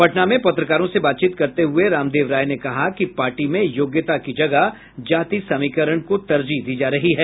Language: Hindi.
पटना में पत्रकारों से बातचीत करते हुये रामदेव राय ने कहा कि पार्टी में योग्यता की जगह जाति समीकरण को तरजीह दी जा रही है